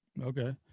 Okay